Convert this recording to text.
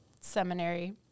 seminary